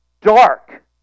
dark